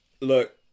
look